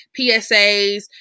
PSAs